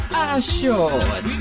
assured